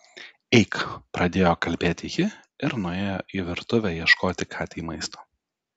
eik pradėjo kalbėti ji ir nuėjo į virtuvę ieškoti katei maisto